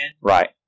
Right